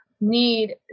need